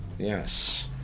Yes